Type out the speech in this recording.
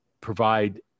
provide